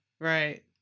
right